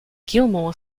gilmour